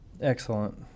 Excellent